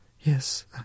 Yes